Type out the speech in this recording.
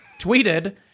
tweeted—